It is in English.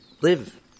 Live